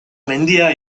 mendia